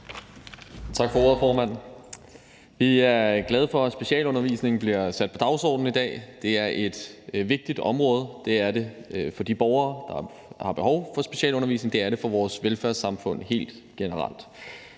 Tak for ordet, formand. Vi er glade for, at specialundervisningen bliver sat på dagsordenen i dag. Det er et vigtigt område. Det er det for de elever, der har behov for specialundervisning, og det er det for vores velfærdssamfund helt generelt.